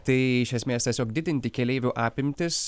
tai iš esmės tiesiog didinti keleivių apimtis